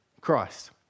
Christ